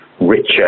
richer